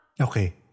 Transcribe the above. Okay